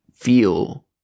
feel